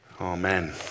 Amen